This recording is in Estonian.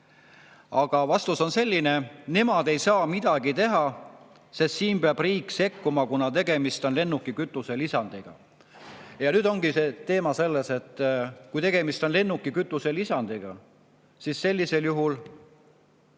Aga vastus on selline: nemad ei saa midagi teha, siin peab sekkuma riik, kuna tegemist on lennukikütuse lisandiga. Ja nüüd ongi teema selles, et kui tegemist on lennukikütuse lisandiga, siis sellisel juhul